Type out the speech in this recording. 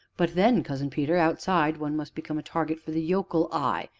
but then, cousin peter, outside one must become a target for the yokel eye,